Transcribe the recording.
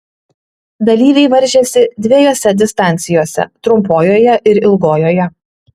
dalyviai varžėsi dviejose distancijose trumpojoje ir ilgojoje